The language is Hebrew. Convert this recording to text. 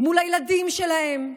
מול הילדים שלהן,